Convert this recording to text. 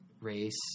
race